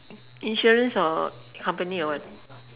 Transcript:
insurance or company or what